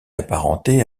apparenté